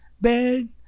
bed